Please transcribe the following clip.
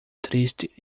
triste